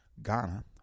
Ghana